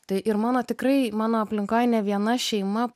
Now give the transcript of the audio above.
tai ir mano tikrai mano aplinkoj ne viena šeima